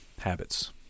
habits